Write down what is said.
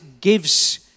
gives